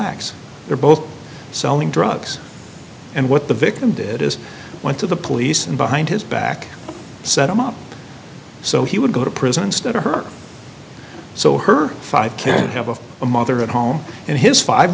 acts they're both selling drugs and what the victim did is went to the police and behind his back set him up so he would go to prison instead of her so her five can't have a a mother at home and his five